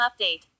update